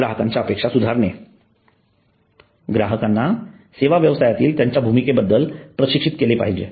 ग्राहकांच्या अपेक्षा सुधारणे ग्राहकांना सेवा व्यवसायातील त्यांच्या भूमिकेबद्दल प्रशिक्षित केले पाहिजे